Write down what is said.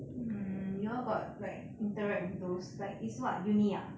mm you all got like interact with those like is what uni ah